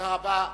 תודה רבה.